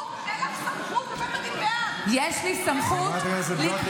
אין לך סמכות בבית הדין בהאג.